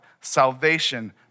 Salvation